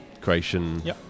creation